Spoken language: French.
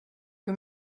que